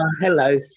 Hello